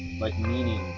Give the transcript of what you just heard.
like, meaning